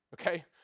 Okay